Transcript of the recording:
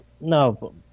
No